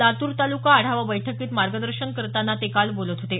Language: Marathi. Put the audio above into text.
लातूर तालुका आढावा बैठकीत मार्गदर्शन करतांना ते काल बोलत होते